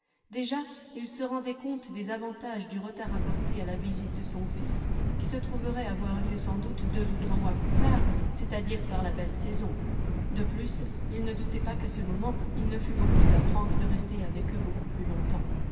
déjà il se rendait compte des avantages du retard apporté à la visite de son fils qui se trouverait avoir lieu sans doute deux ou trois mois plus tard c'est-à-dire par la belle saison de plus il ne doutait pas qu'à ce moment il ne fût possible à frank de rester avec eux beaucoup plus longtemps